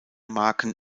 marken